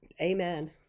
Amen